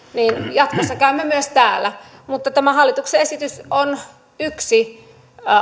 jatkossa myös käymme täällä mutta tämä hallituksen esitys on yksi